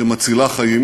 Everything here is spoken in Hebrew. שמצילה חיים